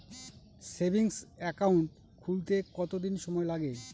Savings account খুলতে কতদিন সময় লাগে?